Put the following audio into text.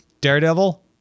Daredevil